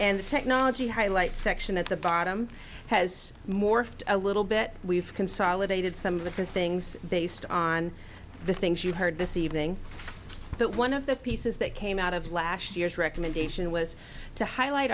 and technology highlight section at the bottom has morphed a little bit we've consolidated some of the things they stop on the things you heard this evening but one of the pieces that came out of last year's recommendation was to highlight